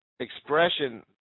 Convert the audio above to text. expression